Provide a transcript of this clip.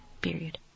period